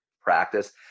practice